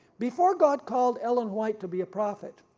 before god called ellen white to be a prophet,